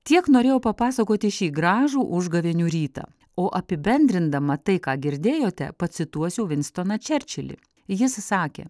tiek norėjau papasakoti šį gražų užgavėnių rytą o apibendrindama tai ką girdėjote pacituosiu vinstoną čerčilį jis įsakė